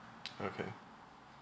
okay